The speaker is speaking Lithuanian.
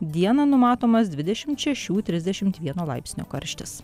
dieną numatomas dvidešimt šešių trisdešimt vieno laipsnio karštis